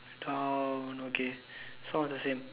down okay it's all the same